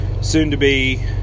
soon-to-be